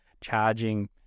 charging